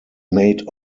made